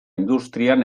industrian